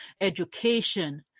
education